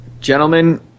Gentlemen